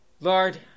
Lord